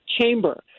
chamber